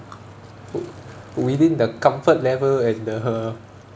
w~ within the comfort level and the